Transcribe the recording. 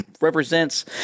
Represents